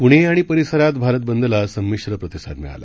पुणे आणि परिसरात भारत बंदला संमिश्र प्रतिसाद मिळाला